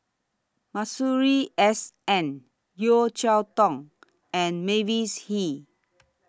Masuri S N Yeo Cheow Tong and Mavis Hee